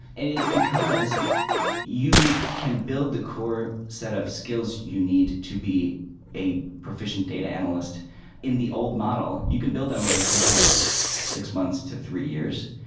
it is because you can build the core set of skills you need to be a proficient data analyst in the old model. you can build them over the course of six months to three years.